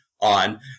on